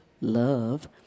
love